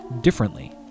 differently